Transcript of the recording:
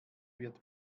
wird